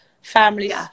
family